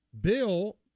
Bill